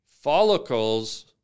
Follicles